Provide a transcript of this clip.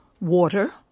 water